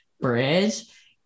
bridge